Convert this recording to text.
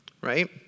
right